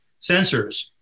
sensors